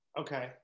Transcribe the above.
okay